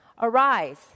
Arise